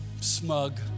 smug